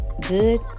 good